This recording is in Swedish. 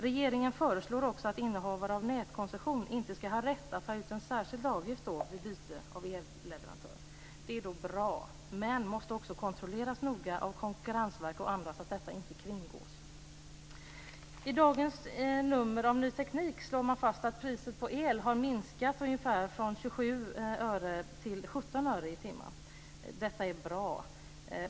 Regeringen föreslår också att innehavare av nätkoncession inte ska ha rätt att ta ut en särskild avgift vid byte av elleverantör. Detta är bra, men det måste också kontrolleras noga av konkurrensverk och andra så att det inte kringgås. I dagens nummer av Ny Teknik slår man fast att priset på el har minskat från ungefär 27 öre till 17 öre i timmen. Detta är bra.